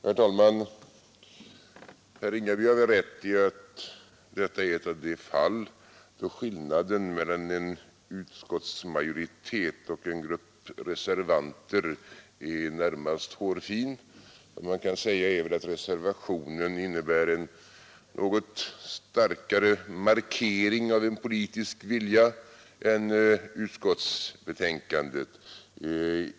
Herr talman! Herr Ringaby har väl rätt i att detta är ett av de fall då skillnaden mellan en utskottsmajoritet och en grupp reservanter är närmast hårfin. Man kan även säga att reservationen innebär en något starkare markering av en politisk vilja än utskottsbetänkandet.